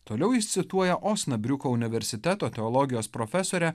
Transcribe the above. toliau jis cituoja osnabriuko universiteto teologijos profesorė